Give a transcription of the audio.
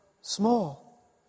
small